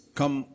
come